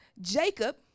Jacob